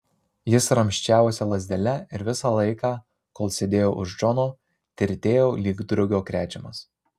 jis ramsčiavosi lazdele ir visą laiką kol sėdėjo už džono tirtėjo lyg drugio krečiamas